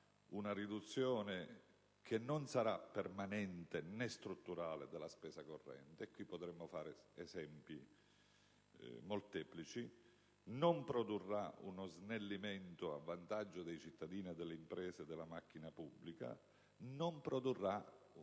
una riduzione non permanente né strutturale della spesa corrente (e qui potremmo fare esempi molteplici), non produrrà uno snellimento a vantaggio dei cittadini e delle imprese della macchina pubblica, non produrrà un